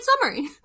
summary